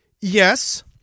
Yes